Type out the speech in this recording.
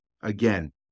again